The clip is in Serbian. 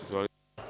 Izvolite.